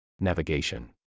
Navigation